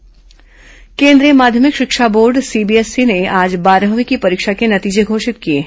CBSE परिणाम केन्द्रीय माध्यमिक शिक्षा बोर्ड सीबीएसई ने आज बारहवीं की परीक्षा के नतीजे घोषित कर दिए हैं